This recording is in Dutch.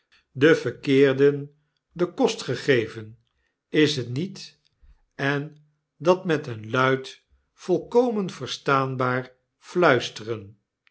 den verkeerden den kost gegeven is t niet en dat met een luid volkomen verstaanbaar fluisteren